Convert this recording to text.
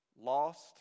Lost